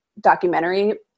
documentary